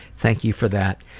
thank you for that.